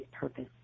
purpose